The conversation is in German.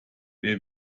wer